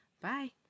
bye